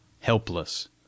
helpless